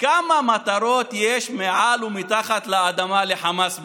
כמה מטרות יש מעל ומתחת לאדמה לחמאס בעזה?